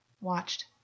watched